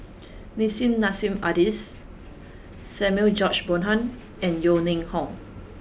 Nissim Nassim Adis Samuel George Bonham and Yeo Ning Hong